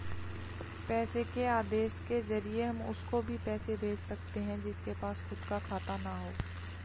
पैसे के आदेश के जरिए हम उसको भी पैसे भेज सकते है जिसके पास खुद का खाता ना हो